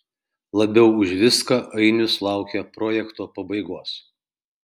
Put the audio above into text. labiau už viską ainius laukia projekto pabaigos